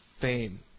fame